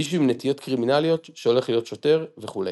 מישהו עם נטיות קרימינליות שהולך להיות שוטר וכו'.